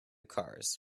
cars